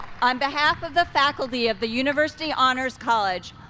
on behalf of the faculty of the university honors college,